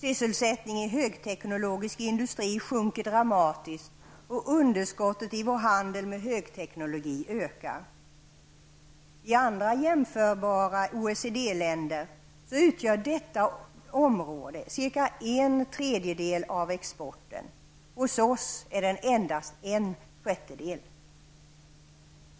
Sysselsättningen i högteknologisk industri sjunker dramatiskt, och underskottet i vår handel med högteknologi ökar. I andra jämförbara OECD länder utgör detta område cirka en tredjedel av exporten -- hos oss är den endast en sjättedel.